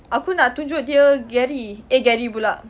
aku nak tunjuk dia jerry eh jerry pula